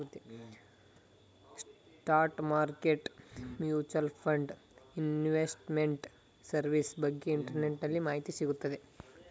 stock market mutual fund investment service ಬಗ್ಗೆ ಇಂಟರ್ನೆಟ್ಟಲ್ಲಿ ಮಾಹಿತಿ ಸಿಗುತ್ತೆ